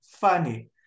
funny